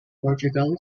portugal